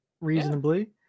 reasonably